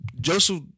Joseph